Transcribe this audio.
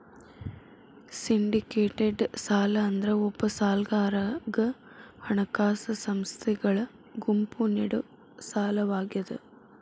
syndicated ಸಾಲ ಅಂದ್ರ ಒಬ್ಬ ಸಾಲಗಾರಗ ಹಣಕಾಸ ಸಂಸ್ಥೆಗಳ ಗುಂಪು ನೇಡೊ ಸಾಲವಾಗ್ಯಾದ